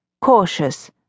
cautious